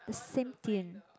the same